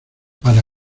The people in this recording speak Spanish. para